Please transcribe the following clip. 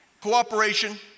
cooperation